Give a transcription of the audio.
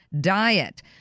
diet